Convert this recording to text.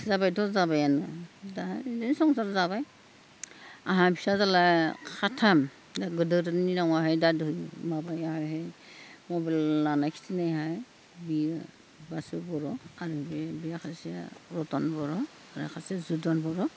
जाबायथ' जाबायानो दा बिदिनो संसार जाबाय आंहा फिसाज्ला साथाम दा गोदोरनि न'आवहा दा दै माबायाहाय मबाइल लानाय खिथिनाया बियो बासो बर' आं बे सासेया रतन बर' आरो सासे जुदन बर'